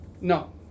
No